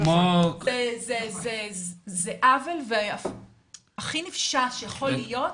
זה עוול הכי נפשע שיכול להיות,